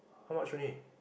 how much it will need